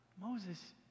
Moses